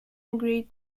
agreed